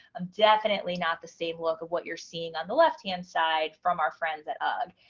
i'm definitely not the same look of what you're seeing on the left hand side from our friends at. ugh.